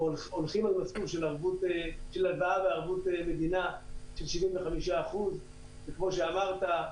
או הולכות על מסלול של הלוואה בערבות מדינה של 75%. וכמו שאמרת,